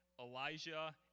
Elijah